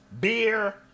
beer